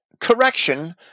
correction